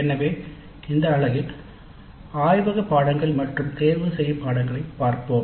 எனவே இந்த அலகில் ஆய்வக பாடநெறிகள் மற்றும் தேர்ந்தெடுக்கப்பட்ட பாடநெறிகளைப் பார்ப்போம்